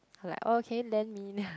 I like oh can you lend me